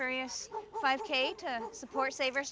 furious five k to support saver